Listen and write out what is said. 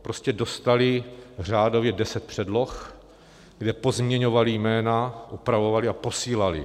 Prostě dostali řádově deset předloh, kde pozměňovali jména, upravovali a posílali.